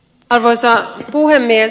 arvoisa puhemies